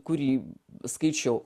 kurį skaičiau